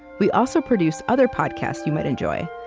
we also produce other podcasts you might enjoy,